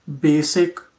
basic